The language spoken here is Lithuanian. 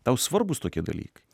tau svarbūs tokie dalykai